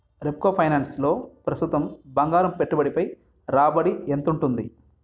రెప్కో ఫైనాన్స్లో ప్రస్తుతం బంగారం పెట్టుబడిపై రాబడి ఎంతుంటుంది